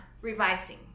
revising